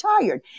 tired